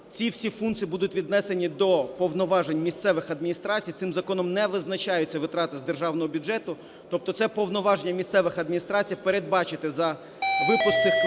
ці всі функції будуть віднесені до повноважень місцевих адміністрацій. Цим законом не визначаються витрати з державного бюджету, тобто це повноваження місцевих адміністрацій – передбачити за випуск цих квитків